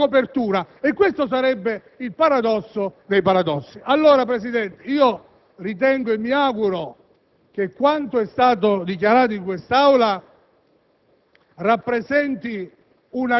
forse, anche le questioni di copertura e questosarebbe il paradosso dei paradossi! Allora, Presidente, ritengo e mi auguro che quanto è stato dichiarato in quest'Aula